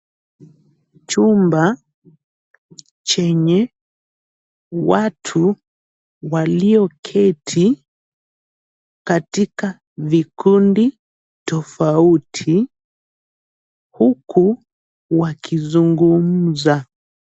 Chumba chenye watu walioketi katika vikundi tofauti huku wakizungumza.